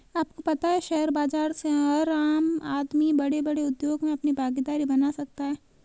आपको पता है शेयर बाज़ार से हर आम आदमी बडे़ बडे़ उद्योग मे अपनी भागिदारी बना सकता है?